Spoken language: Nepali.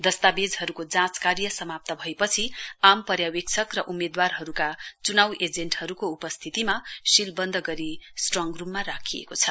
दस्तावेजहरूको जाँच कार्य समाप्त भएपछि आम पर्यावेक्षक र उम्मेद्वारहरूका चुनाउ एजेन्टहरूको उपस्थितीमा शीलबन्द गरी स्ट्रङ रूममा राखिएको छ